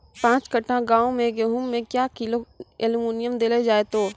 पाँच कट्ठा गांव मे गेहूँ मे क्या किलो एल्मुनियम देले जाय तो?